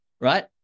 right